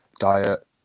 diet